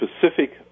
specific